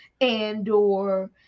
Andor